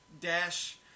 Dash